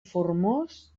formós